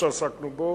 עסקנו בו.